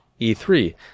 E3